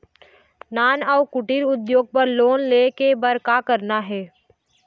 नान अउ कुटीर उद्योग बर लोन ले बर का करना हे?